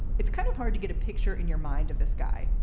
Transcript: it's kind of hard to get a picture in your mind of this guy,